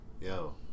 Yo